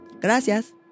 Gracias